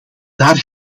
daar